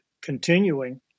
continuing